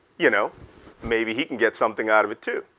you know maybe he can get something out of it too,